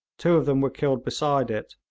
two of them were killed beside it,